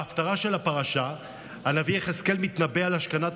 בהפטרה של הפרשה הנביא יחזקאל מתנבא על השכנת